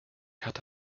hatte